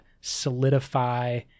solidify